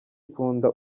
ikunda